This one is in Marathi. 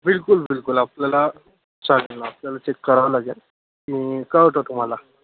बिलकुल बिलकुल आपल्याला चालेल आपल्याला ते करावं लागेल मी कळवतो तुम्हाला